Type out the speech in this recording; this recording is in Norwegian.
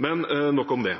Men nok om det.